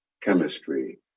chemistry